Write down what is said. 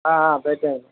పెట్టేయండి